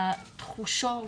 בתחושות,